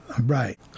Right